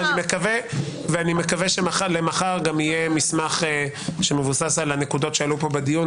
ואני מקווה שמחר גם יהיה מסמך שמבוסס על הנקודות שעלו פה בדיון,